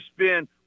spend